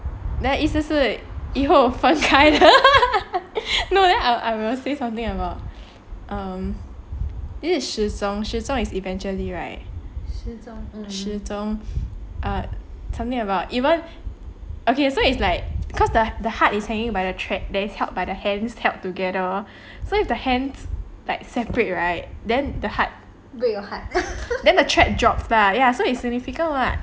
the 意思是以后分开 no then I will say something about um 始终 is eventually right err something about even okay so it's like because the heart is hanging by a thread that is held by the hands held together so if the hands that separate right then the heart then thread drops ya then it's significant what